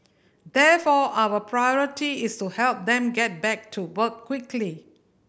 therefore our priority is to help them get back to work quickly